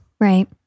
Right